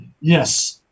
yes